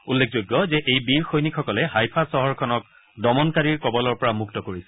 উল্লেখযোগ্য যে এই বীৰ সৈনিকসকলে হাইফা চহৰখনক দমনকাৰীৰ কবলৰ পৰা মুক্ত কৰিছিল